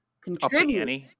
contribute